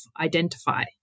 identify